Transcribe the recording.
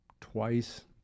twice